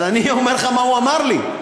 אבל אני אומר לך מה הוא אמר לי: